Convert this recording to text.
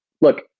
look